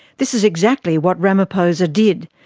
this is exactly what ramaphosa did.